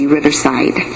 Riverside